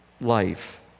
life